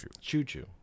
Choo-choo